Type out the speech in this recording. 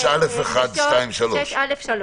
6(א)(3).